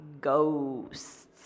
ghosts